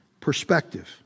Perspective